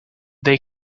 they